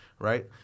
Right